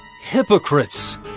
hypocrites